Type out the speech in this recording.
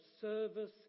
service